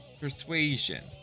Persuasion